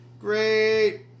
great